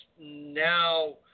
now